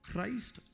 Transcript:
Christ